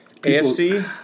AFC